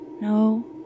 No